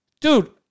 dude